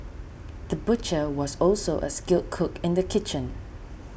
the butcher was also a skilled cook in the kitchen